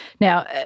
Now